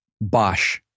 Bosch